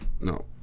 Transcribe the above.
No